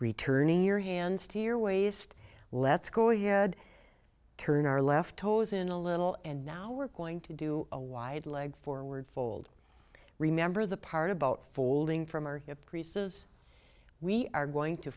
returning your hands to your waist let's go ahead turn our left toes in a little and now we're going to do a wide leg forward fold remember the part about folding from or a priest says we are going to